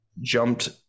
jumped